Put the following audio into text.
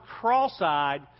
cross-eyed